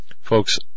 Folks